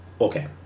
Okay